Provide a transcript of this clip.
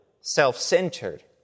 self-centered